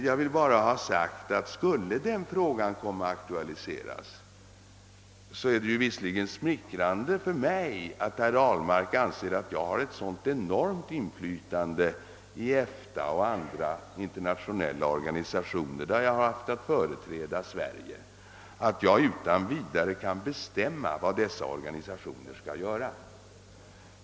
Jag vill bara ha sagt att skulle saken komma att aktualiseras, är det visserligen smickrande för mig att herr Ahlmark anser att jag har ett sådant enormt inflytande i EFTA och andra internationella organisationer, där jag haft att företräda Sverige, att jag utan vidare kan bestämma vad dessa organisationer skall göra.